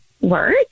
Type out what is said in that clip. work